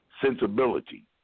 sensibility